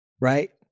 right